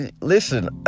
listen